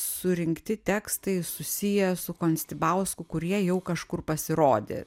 surinkti tekstai susiję su konstibausku kurie jau kažkur pasirodė